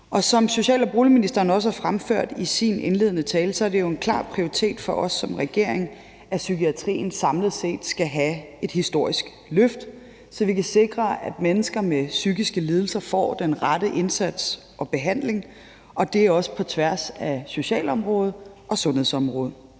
Som social- og boligministeren også har fremført i sin indledende tale, er det jo en klar prioritet for os som regering, at psykiatrien samlet set skal have et historisk løft, så vi kan sikre, at mennesker med psykiske lidelser får den rette indsats og behandling – og det er også på tværs af socialområdet og sundhedsområdet.